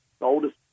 oldest